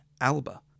Alba